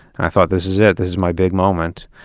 i thought, this is it, this is my big moment.